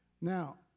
Now